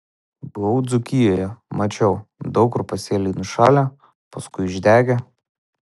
buvau dzūkijoje mačiau daug kur pasėliai nušalę paskui išdegę